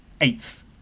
eighth